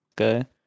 okay